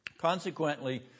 Consequently